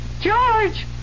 George